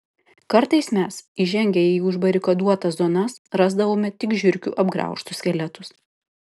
kartais mes įžengę į užbarikaduotas zonas rasdavome tik žiurkių apgraužtus skeletus